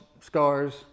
scars